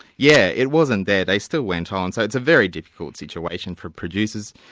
yeah it wasn't there. they still went ah on, so it's a very difficult situation for producers,